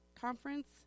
conference